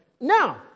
now